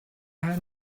had